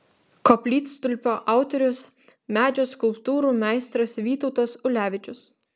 koplytstulpio autorius medžio skulptūrų meistras vytautas ulevičius